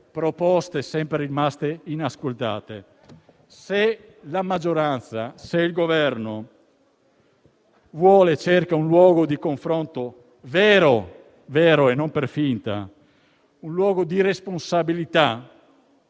proposte sempre rimaste inascoltate. Se la maggioranza e il Governo cercano un luogo di confronto vero (e non per finta), un luogo di responsabilità,